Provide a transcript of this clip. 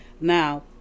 Now